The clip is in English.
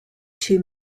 two